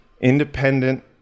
independent